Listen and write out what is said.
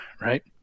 Right